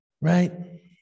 right